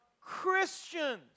Christians